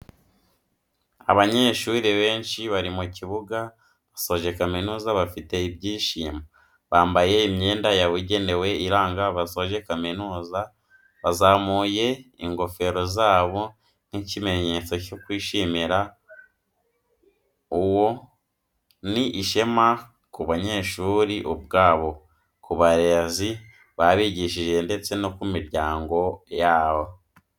Abanyeshuri benshi bari mu kibuga basoje kamizuza bafite ibyishimo, bambaye imyenda yabugenewe iranga abasoje kaminuza bazamuye ingofero zabo nk'ikimenyetso cyo kwishimira uwo, ni ishema ku banyeshuri ubwabo, ku barezi babigishije ndetse no ku miryango yabo.